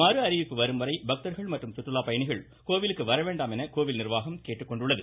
மறு அறிவிப்பு வரும் வரை பக்தர்கள் மற்றும் சுற்றுலா பயணிகள் கோவிலுக்கு வர வேண்டாம் என கோவில் நிர்வாகம் கேட்டுக்கொண்டுள்ளது